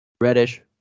Reddish